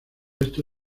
esto